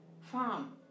Farm